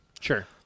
Sure